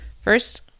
First